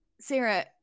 Sarah